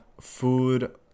food